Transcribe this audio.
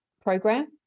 program